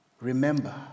Remember